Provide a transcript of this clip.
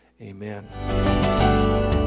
Amen